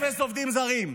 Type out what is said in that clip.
אפס עובדים זרים.